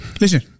listen